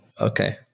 Okay